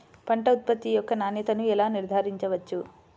పంట ఉత్పత్తి యొక్క నాణ్యతను ఎలా నిర్ధారించవచ్చు?